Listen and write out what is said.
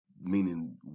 meaning